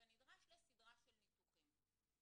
ונדרש לסדרה של ניתוחים.